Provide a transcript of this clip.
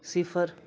सिफर